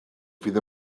fydd